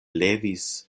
levis